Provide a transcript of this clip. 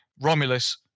Romulus